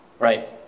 Right